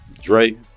Dre